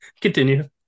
continue